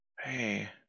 Hey